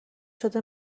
شده